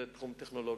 זה תחום טכנולוגי.